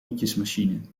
nietjesmachine